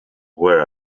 where